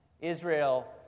Israel